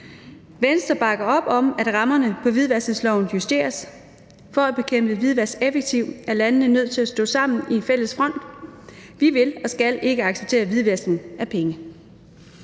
Venstre bakker op om, at rammerne i hvidvaskningsloven justeres. For at bekæmpe hvidvask effektivt er landene nødt til at stå sammen i fælles front. Vi vil og skal ikke acceptere hvidvaskning af penge.